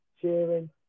cheering